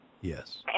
Yes